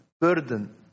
burden